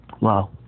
Wow